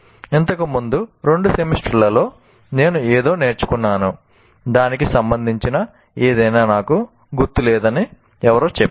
ఇంతకుముందు రెండు సెమిస్టర్లలో నేను ఏదో నేర్చుకున్నాను దానికి సంబంధించిన ఏదైనా నాకు గుర్తు లేదని ఎవరో చెప్పారు